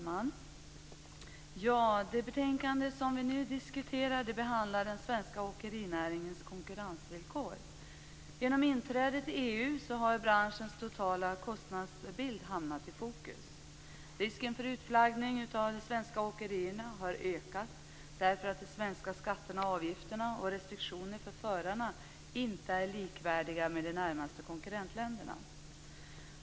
Fru talman! Det betänkande som vi nu diskuterar behandlar den svenska åkerinäringens konkurrensvillkor. Genom inträdet i EU har branschens totala kostnadsbild hamnat i fokus. Risken för utflaggning av de svenska åkerierna har ökat därför att de svenska skatterna och avgifterna och restriktionerna för förarna inte är likvärdiga med vad som gäller i de närmaste konkurrentländerna.